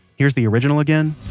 here's the original again